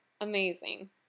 amazing